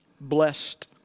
blessed